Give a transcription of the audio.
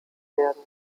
werden